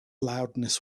loudness